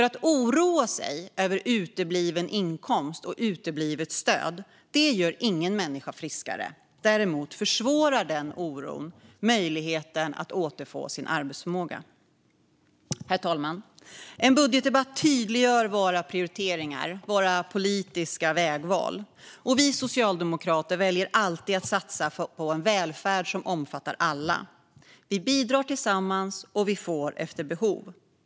Att oroa sig över utebliven inkomst och uteblivet stöd gör ingen människa friskare. Däremot försämrar denna oro möjligheten att återfå sin arbetsförmåga. Herr talman! En budgetdebatt tydliggör prioriteringar och politiska vägval. Socialdemokraterna väljer alltid att satsa på en välfärd som omfattar alla. Vi bidrar tillsammans och får efter behov.